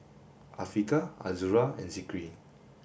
Afiqah Azura and Zikri